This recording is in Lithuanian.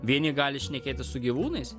vieni gali šnekėtis su gyvūnais